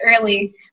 early